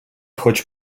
хоч